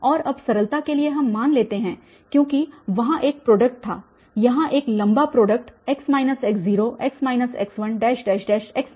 और अब सरलता के लिए हम मान लेते हैं क्योंकि वहाँ एक प्रोडक्ट था यहाँ एक लम्बा प्रोडक्ट x x0x x1है